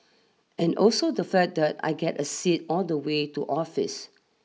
and also the fact that I get a seat all the way to office